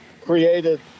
Created